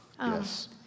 Yes